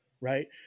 right